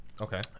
Okay